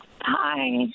hi